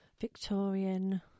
Victorian